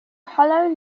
hollow